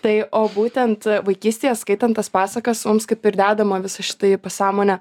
tai o būtent vaikystėje skaitant tas pasakas mums kaip ir dedama visa šita į pasąmonę